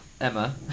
Emma